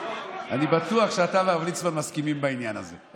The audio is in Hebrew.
אני בטוח שאתה והרב ליצמן מסכימים בעניין הזה,